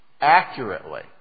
accurately